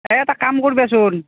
এই এটা কাম কৰিবাচোন